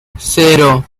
cero